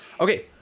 Okay